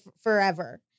forever